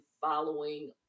following